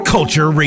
Culture